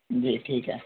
जी ठीक है